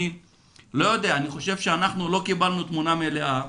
אני חושב שאנחנו לא קיבלנו תמונה מלאה.